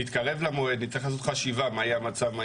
כשנתקרב למועד נצטרך לעשות חשיבה על מה היה המצב,